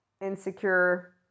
insecure